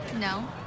No